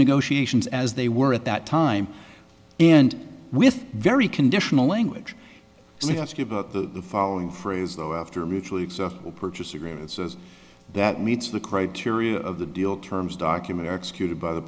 negotiations as they were at that time and with very conditional language only ask you about the following phrase though after a mutually acceptable purchase agreement says that meets the criteria of the deal terms document executed by the